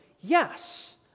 yes